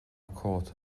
cóta